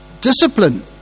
Discipline